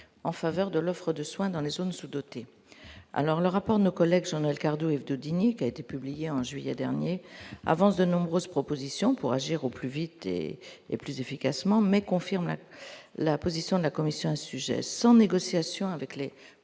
en faveur de l'offre de soins dans les zones sous-dotées, alors le rapport nos collègues Jean-Noël Cardoux Yves Daudigny qui a été publié en juillet dernier, avance de nombreuses propositions pour agir au plus vite et et plus efficacement mais confirme la position de la Commission, un sujet sans négociations avec les